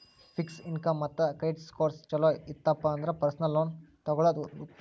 fix income ಮತ್ತ credit scores ಚೊಲೋ ಇತ್ತಪ ಅಂದ್ರ ಪರ್ಸನಲ್ ಲೋನ್ ತೊಗೊಳ್ಳೋದ್ ಉತ್ಮ